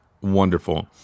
Wonderful